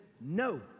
no